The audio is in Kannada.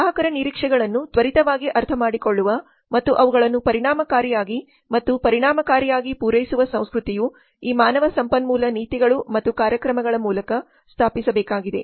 ಗ್ರಾಹಕರ ನಿರೀಕ್ಷೆಗಳನ್ನು ತ್ವರಿತವಾಗಿ ಅರ್ಥಮಾಡಿಕೊಳ್ಳುವ ಮತ್ತು ಅವುಗಳನ್ನು ಪರಿಣಾಮಕಾರಿಯಾಗಿ ಮತ್ತು ಪರಿಣಾಮಕಾರಿಯಾಗಿ ಪೂರೈಸುವ ಸಂಸ್ಕೃತಿಯು ಈ ಮಾನವ ಸಂಪನ್ಮೂಲ ನೀತಿಗಳು ಮತ್ತು ಕಾರ್ಯಕ್ರಮಗಳ ಮೂಲಕ ಸ್ಥಾಪಿಸಬೇಕಾಗಿದೆ